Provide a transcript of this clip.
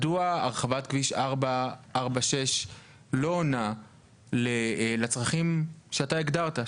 מדוע הרחבת כביש 446 לא עונה לצרכים שאתה הגדרת,